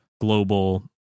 global